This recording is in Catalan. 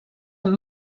amb